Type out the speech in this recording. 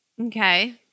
Okay